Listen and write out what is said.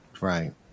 Right